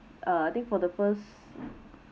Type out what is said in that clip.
uh I think for the first